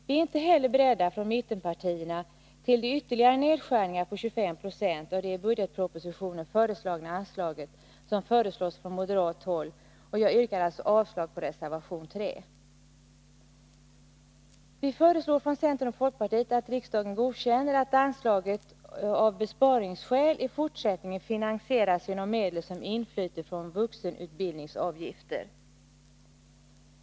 Vi är från mittenpartierna inte heller beredda till de ytterligare nedskärningar på 25 90 av det i budgetpropositionen föreslagna anslaget som föreslås från moderat håll, och jag yrkar alltså avslag på reservation 3. Vi föreslår från centern och folkpartiet att riksdagen godkänner att anslaget av besparingsskäl i fortsättningen finansieras genom medel som inflyter från vuxenutbildningsavgifter.